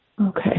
Okay